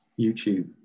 youtube